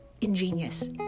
ingenious